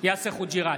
בהצבעה יאסר חוג'יראת,